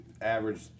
average